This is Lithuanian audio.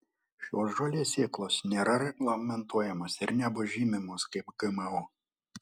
šios žolės sėklos nėra reglamentuojamos ir nebus žymimos kaip gmo